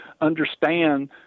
understand